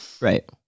Right